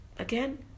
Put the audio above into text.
Again